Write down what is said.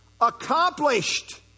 accomplished